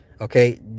Okay